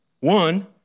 One